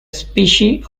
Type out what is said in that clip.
species